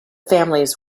families